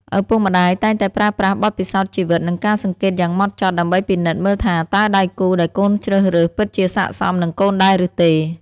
ឪពុកម្ដាយតែងតែប្រើប្រាស់បទពិសោធន៍ជីវិត និងការសង្កេតយ៉ាងហ្មត់ចត់ ដើម្បីពិនិត្យមើលថាតើដៃគូដែលកូនជ្រើសរើសពិតជាស័ក្តិសមនឹងកូនដែរឬទេ។